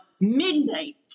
midnight